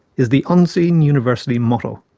is the unseen university motto?